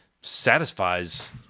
satisfies